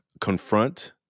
confront